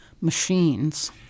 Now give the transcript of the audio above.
machines